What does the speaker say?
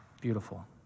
beautiful